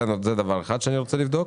זה דבר אחד שאני רוצה לבדוק.